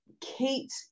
Kate